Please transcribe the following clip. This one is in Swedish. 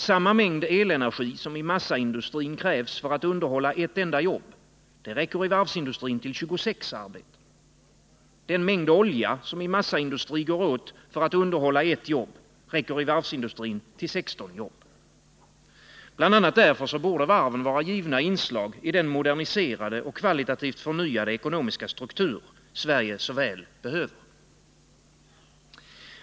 Samma mängd elenergi som i massaindustrin krävs för att underhålla ett enda jobb räcker i Årsredovisning varvsindustrin till 26 arbeten. Den mängd olja som i massaindustrin går åt för för Svenska Varv att underhålla ett jobb räcker i varvsindustrin till 16 jobb. AB Bl. a. därför borde varven vara givna inslag i den moderniserade och kvalitativt förnyade ekonomiska struktur Sverige så väl behöver.